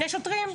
שני שוטרים?